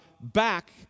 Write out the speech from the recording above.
back